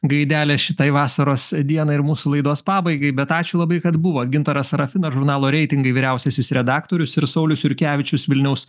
gaidelės šitai vasaros dienai ir mūsų laidos pabaigai bet ačiū labai kad buvo gintaras serafinas žurnalo reitingai vyriausiasis redaktorius ir saulius jurkevičius vilniaus